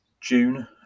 June